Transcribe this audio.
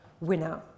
winner